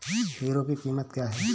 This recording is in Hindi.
हीरो की कीमत क्या है?